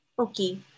Okay